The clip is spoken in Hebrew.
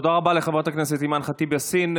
תודה רבה לחברת הכנסת אימאן ח'טיב יאסין.